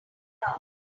down